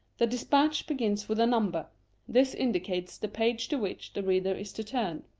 the despatch begins with a number this indicates the page to which the reader is to turn.